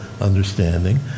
understanding